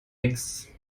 nix